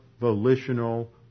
volitional